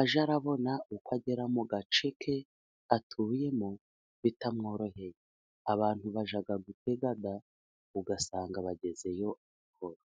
ajye abona uko agera mu gace ke atuyemo bitamworoheye, abantu bajya gutega ugasanga bagezeyo vuba.